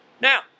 now